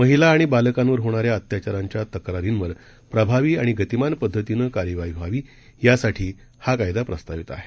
महिलाआणिबालकांवरहोणाऱ्याअत्याचारांच्यातक्रारींवरप्रभावीआणिगतीमानपद्धतीनंकार्यवाहीव्हावीयासाठीहाकायदाप्र स्तावितआहे